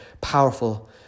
powerful